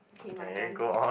okay my turn